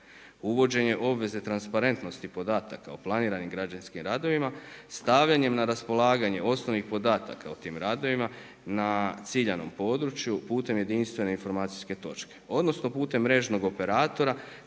uvođenje obvezne transparentnosti podataka o planiranim građevinskim radovima stavljanjem na raspolaganje osnovnih podataka o tim radovima na ciljanom području putem jedinstvene informacijske točke, odnosno putem mrežnog operatora